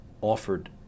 offered